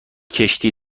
کشتی